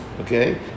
okay